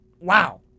Wow